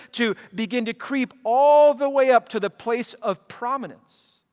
to begin to creep all the way up to the place of prominence,